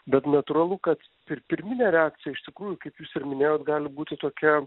bet natūralu kad pir pirminė reakcija iš tikrųjų kaip jūs ir minėjot gali būti tokia